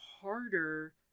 harder